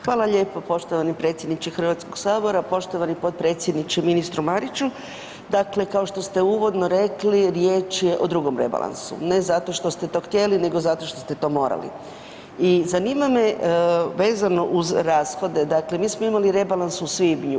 Hvala lijepo poštovani predsjedniče HS-a, poštovani potpredsjedniče ministru Mariću, dakle, kao što ste uvodno rekli, riječ je o drugom rebalansu, ne zato što ste to htjeli, nego zato što ste to morali i zanima me vezano uz rashode, dakle mi smo imali rebalans u svibnju.